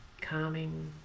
calming